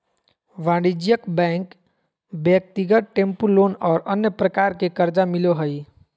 वाणिज्यिक बैंक ब्यक्तिगत tempo loan और अन्य प्रकार के कर्जा मिलो हइ